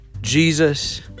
Jesus